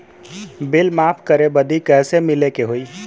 Bill माफ करे बदी कैसे मिले के होई?